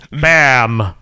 Bam